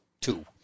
two